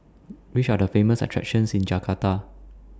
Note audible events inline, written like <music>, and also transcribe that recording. <noise> Which Are The Famous attractions in Jakarta